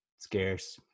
Scarce